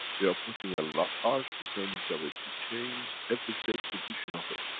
we are putting a large percentage of it to change everyday position of it.